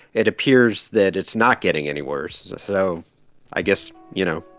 it appears that it's not getting any worse. so i guess, you know,